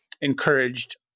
encouraged